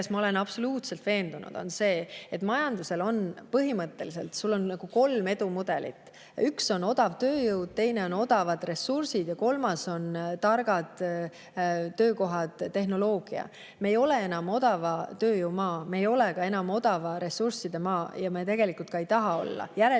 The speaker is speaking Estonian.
milles ma olen absoluutselt veendunud, on see, et majanduses on põhimõtteliselt nagu kolm edumudelit. Üks on odav tööjõud, teine on odavad ressursid ja kolmas on targad töökohad, tehnoloogia. Me ei ole enam odava tööjõu maa, me ei ole ka enam odavate ressursside maa ja me tegelikult ei tahagi olla. Järelikult